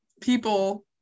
people